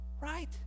Right